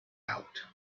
out